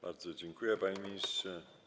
Bardzo dziękuję, panie ministrze.